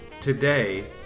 today